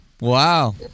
Wow